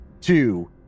two